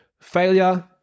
failure